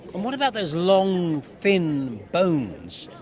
and what about those long thin bones?